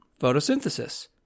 photosynthesis